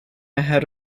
ahead